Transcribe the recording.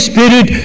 Spirit